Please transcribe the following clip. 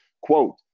Quote